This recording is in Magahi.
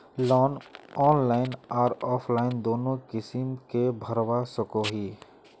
लोन ऑनलाइन आर ऑफलाइन दोनों किसम के भरवा सकोहो ही?